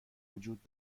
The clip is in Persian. وجود